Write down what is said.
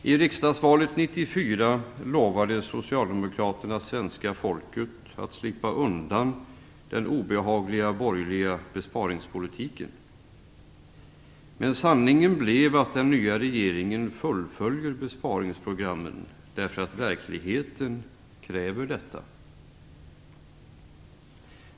I riksdagsvalet 1994 lovade Socialdemokraterna svenska folket att det skulle slippa undan den obehagliga borgerliga besparingspolitiken. Men sanningen blev att den nya regeringen fullföljer besparingsprogrammen därför att verkligheten kräver detta.